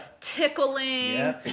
tickling